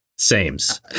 Sames